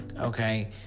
okay